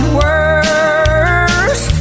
worse